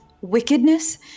Wickedness